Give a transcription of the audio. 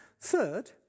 Third